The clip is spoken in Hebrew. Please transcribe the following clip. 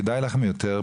כדאי לכם יותר,